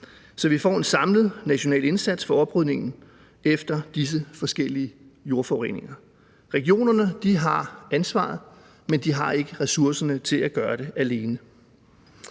så vi får en samlet national indsats for oprydningen efter disse forskellige jordforureninger. Regionerne har ansvaret, men de har ikke ressourcerne til at gøre det alene.